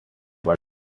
but